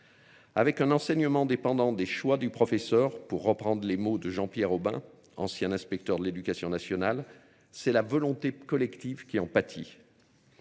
Avec un enseignement dépendant des choix du professeur, pour reprendre les mots de Jean-Pierre Aubin, ancien inspecteur de l'Éducation nationale, c'est la volonté collective qui en pâtit.